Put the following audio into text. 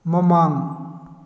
ꯃꯃꯥꯡ